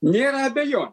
nėra abejonių